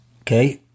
Okay